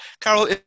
Carol